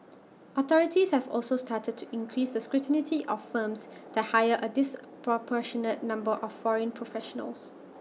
authorities have also started to increase the scrutiny of firms that hire A disproportionate number of foreign professionals